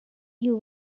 you